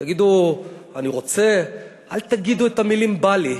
תגידו "אני רוצה", אל תגידו את המילים "בא לי".